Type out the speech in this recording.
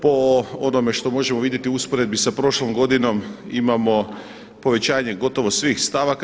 Po onome što možemo vidjeti u usporedbi sa prošlom godinom imamo povećanje gotovo svih stavaka.